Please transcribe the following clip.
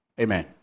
Amen